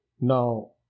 Now